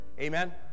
Amen